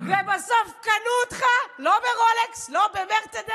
אני בטוח שעם הפקדת